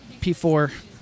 P4